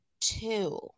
two